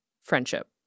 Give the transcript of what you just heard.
friendship